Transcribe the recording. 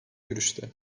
görüşte